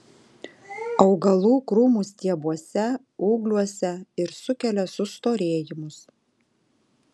augalų krūmų stiebuose ūgliuose ir sukelia sustorėjimus